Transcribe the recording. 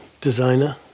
designer